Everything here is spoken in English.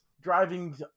driving